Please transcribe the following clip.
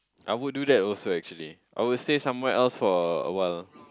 I would do that aslo actually I would stay somewhere for awhile